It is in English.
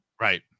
right